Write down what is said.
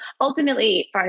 ultimately